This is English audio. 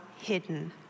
hidden